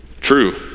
True